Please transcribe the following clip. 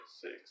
six